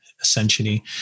essentially